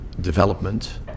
development